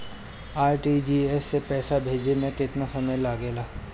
RTGS से पैसा भेजे में केतना समय लगे ला?